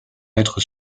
lettre